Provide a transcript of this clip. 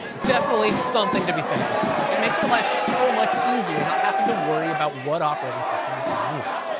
definitely something to be thankful for. it makes our life so much easier not having to worry about what operating system is being used.